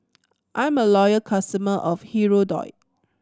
I'm a loyal customer of Hirudoid